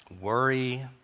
worry